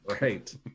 Right